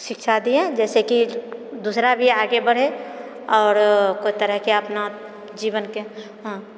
शिक्षा दिअऽ जाहिसँ से कि दोसरा भी आगे बढ़े आरो कोइ तरहकेँ अपना जीवनकेँ हँ